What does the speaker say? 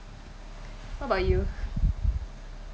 what about you